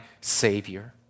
Savior